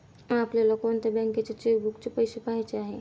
आपल्याला कोणत्या बँकेच्या चेकबुकचे पैसे पहायचे आहे?